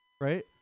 right